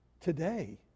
today